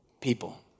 people